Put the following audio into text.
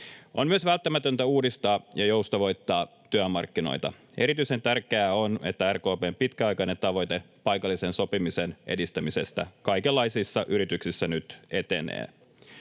On myös välttämätöntä uudistaa ja joustavoittaa työmarkkinoita. Erityisen tärkeää on, että RKP:n pitkäaikainen tavoite paikallisen sopimisen edistämisestä kaikenlaisissa yrityksissä nyt etenee.